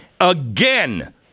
Again